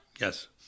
Yes